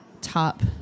top